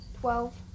Twelve